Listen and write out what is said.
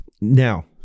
Now